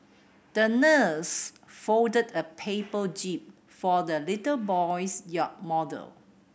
the nurse folded a paper jib for the little boy's yacht model